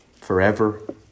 forever